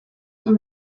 egin